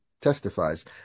testifies